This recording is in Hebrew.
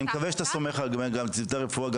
אני מקווה שאתה סומך על צוותי רפואה,